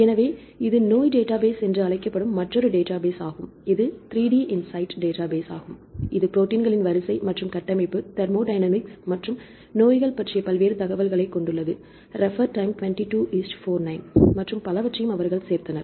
எனவே இது நோய் டேட்டாபேஸ் என்று அழைக்கப்படும் மற்றொரு டேட்டாபேஸ் ஆகும் இது 3DinSight டேட்டாபேஸ் ஆகும் இது ப்ரோடீன்களின் வரிசை மற்றும் கட்டமைப்பு தெர்மோ டயனமிக்ஸ் மற்றும் நோய்கள் பற்றிய பல்வேறு தகவல்களைக் கொண்டுள்ளது மற்றும் பலவற்றையும் அவர்கள் சேர்த்தனர்